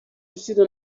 received